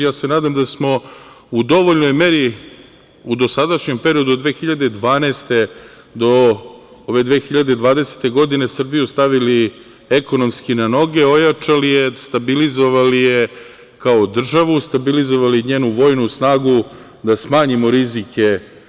Ja se nadam da smo u dovoljnoj meri u dosadašnjem periodu od 2012. do 2020. godine, Srbiju stavili ekonomski na noge, ojačali je, stabilizovali je kao državu, stabilizovali njenu vojnu snagu da smanjimo rizike.